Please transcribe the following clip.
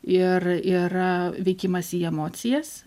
ir yra veikimas į emocijas